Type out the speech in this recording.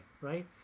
right